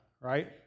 right